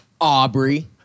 Aubrey